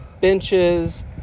benches